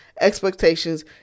expectations